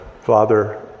father